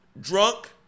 Drunk